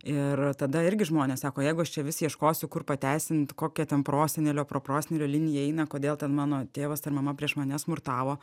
ir tada irgi žmonės sako jeigu aš čia vis ieškosiu kur pateisint kokia ten prosenelio proprosenelio linija eina kodėl ten mano tėvas ar mama prieš mane smurtavo